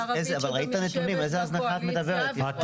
ערבית שגם יושבת בקואליציה --- ראית את הנתונים?